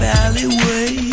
alleyway